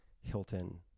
Hilton